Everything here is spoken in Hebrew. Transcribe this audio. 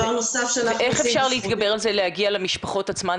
ואיך אפשר להתגבר על זה, להגיע למשפחות עצמן?